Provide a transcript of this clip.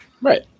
right